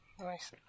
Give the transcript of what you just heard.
Nice